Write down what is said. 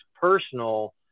personal